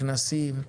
כנסים,